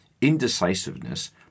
indecisiveness